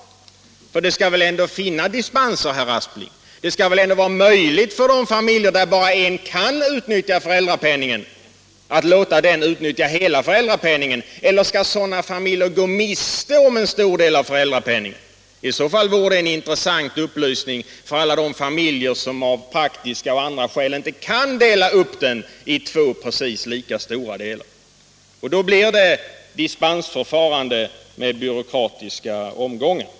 Och dispenser skall väl ändå finnas, herr Aspling? Det skall väl bli möjligt för de familjer där bara den ena föräldern kan utnyttja föräldrapenningen att göra det? Eller skall sådana familjer gå miste om en stor del av föräldrapenningen? I så fall vore det en intressant upplysning för alla de familjer som av praktiska eller andra skäl inte kan dela upp föräldrapenningen i två precis lika stora delar. Men om bara den ena föräldern skall utnyttja föräldrapenningen, då får vi ett dispensförfarande med byråkratiska omgångar.